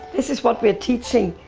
this is what we're teaching